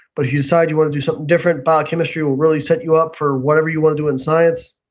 but if you decide you want to do something different, biochemistry will really set you up for whatever you want to do in science.